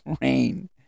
rain